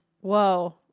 Whoa